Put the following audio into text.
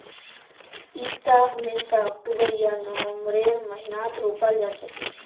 इटा हमेशा अक्टूबर या नवंबरेर महीनात रोपाल जा छे